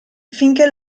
finchè